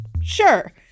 Sure